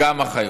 גם אחיות.